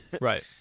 right